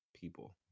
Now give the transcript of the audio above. people